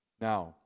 Now